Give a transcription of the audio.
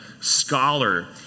scholar